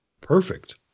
Perfect